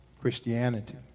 Christianity